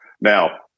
Now